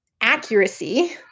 accuracy